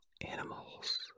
animals